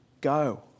Go